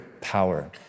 power